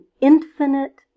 infinite